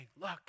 look